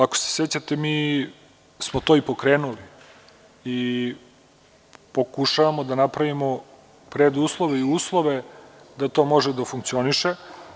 Ako se sećate, mi smo to i pokrenuli i pokušavamo da napravimo preduslove i uslove da to može da funkcioniše.